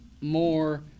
more